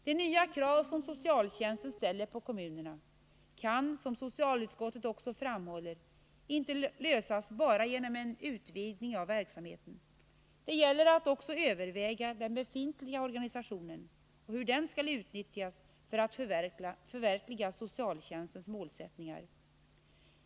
De nya krav som socialtjänsten ställer på kommunerna kan, som socialutskottet också framhåller, inte lösas bara genom en utvidgning av verksamheten. Det gäller också att överväga den befintliga organisationen och hur den skall utnyttjas för att förverkliga socialtjänstens målsättningar.